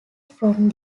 from